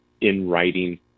in-writing